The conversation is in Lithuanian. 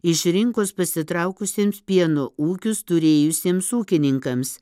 iš rinkos pasitraukusiems pieno ūkius turėjusiems ūkininkams